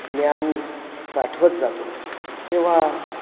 ज्ञान साठवत जातो तेव्हा